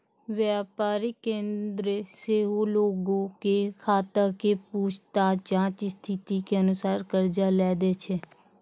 व्यापारिक केन्द्र सेहो लोगो के खाता के पूछताछ जांच स्थिति के अनुसार कर्जा लै दै छै